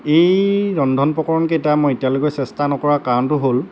এই ৰন্ধন প্ৰকৰণ কেইটা মই এতিয়ালৈকে চেষ্টা নকৰাৰ কাৰণটো হ'ল